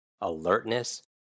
alertness